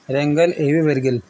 رنگل ای مر گل